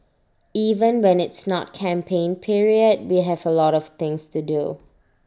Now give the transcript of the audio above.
even when it's not campaign period we have A lot of things to do